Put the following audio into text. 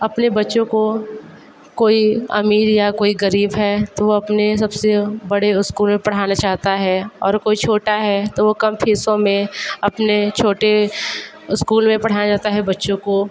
अपने बच्चों को कोई अमीर या कोई गरीब है तो अपने सबसे बड़े स्कूल में पढ़ाना चाहता है और कोई छोटा है तो वो कम फीसों में अपने छोटे स्कूल में पढ़ाना चाहता है बच्चों को